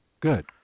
Good